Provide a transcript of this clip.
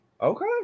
okay